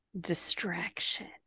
distraction